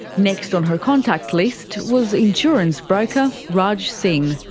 next on her contact list was insurance broker raj singh.